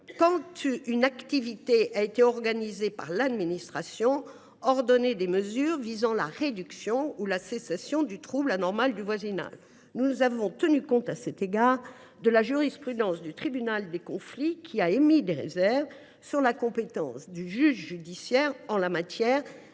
cas d’une activité autorisée par l’administration, ordonner des mesures visant la réduction ou la cessation du trouble anormal de voisinage. Nous avons tenu compte à cet égard de la jurisprudence du Tribunal des conflits, qui a émis des réserves sur la compétence du juge judiciaire en la matière,